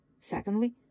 Secondly